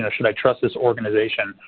ah should i trust this organization?